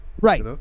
Right